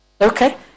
Okay